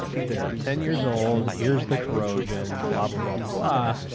they're ten years old. here's the corrosion, blah, blah, blah, blah, blah.